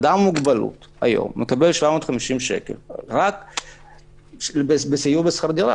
אדם עם מוגבלות היום מקבל 750 שקל רק בסיוע בשכר דירה,